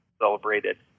celebrated